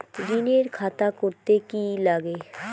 ঋণের খাতা করতে কি লাগে?